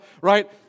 right